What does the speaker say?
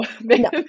No